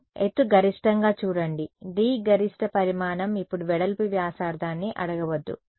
అవును ఎత్తు గరిష్టంగా చూడండి D గరిష్ట పరిమాణం ఇప్పుడు వెడల్పు వ్యాసార్థాన్ని అడగవద్దు